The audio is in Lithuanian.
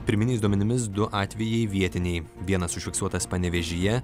pirminiais duomenimis du atvejai vietiniai vienas užfiksuotas panevėžyje